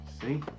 See